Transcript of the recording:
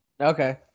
Okay